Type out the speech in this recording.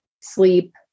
sleep